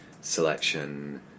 selection